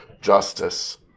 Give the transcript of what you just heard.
justice